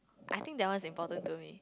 I think that one is important to me